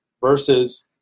versus